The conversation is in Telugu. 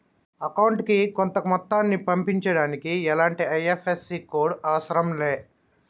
అకౌంటుకి కొంత మొత్తాన్ని పంపించడానికి ఎలాంటి ఐ.ఎఫ్.ఎస్.సి కోడ్ లు అవసరం లే